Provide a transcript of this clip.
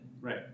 Right